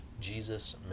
Jesus